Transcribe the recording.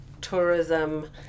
tourism